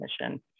mission